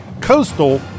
coastal